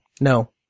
no